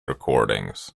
recordings